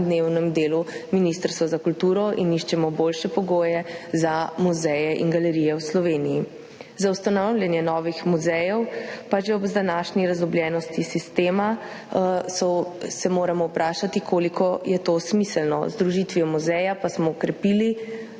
vsakodnevnem delu Ministrstva za kulturo in iščemo boljše pogoje za muzeje in galerije v Sloveniji. Za ustanavljanje novih muzejev pa se moramo že ob današnji razdrobljenosti sistema vprašati, koliko je to smiselno. Z združitvijo muzejev pa smo okrepili